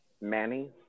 Manny